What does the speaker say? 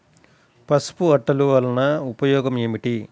పసుపు అట్టలు వలన ఉపయోగం ఏమిటి?